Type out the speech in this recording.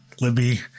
Libby